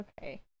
Okay